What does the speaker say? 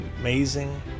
amazing